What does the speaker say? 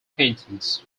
paintings